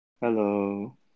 Hello